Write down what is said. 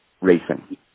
racing